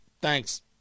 thanks